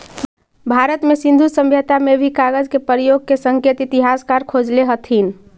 भारत में सिन्धु सभ्यता में भी कागज के प्रयोग के संकेत इतिहासकार खोजले हथिन